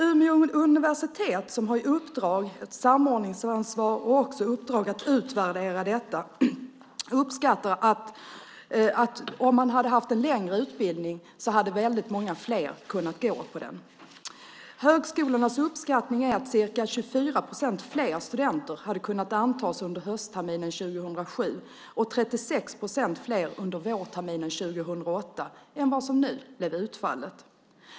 Umeå universitet, som har samordningsansvar och uppdraget att utvärdera detta, uppskattar att om man hade haft en längre utbildning hade väldigt många fler kunnat gå på den. Högskolornas uppskattning är att ca 24 procent fler studenter hade kunnat antas under höstterminen 2007 och 36 procent fler under vårterminen 2008 än vad som nu blev utfallet.